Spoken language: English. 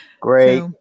Great